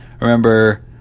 remember